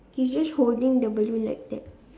he's just holding the balloon like that